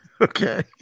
okay